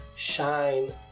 shine